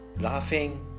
laughing